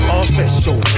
official